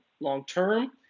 long-term